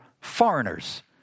foreigners